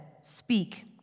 speak